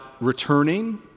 returning